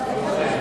נתקבלה.